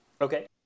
Okay